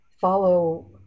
follow